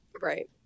Right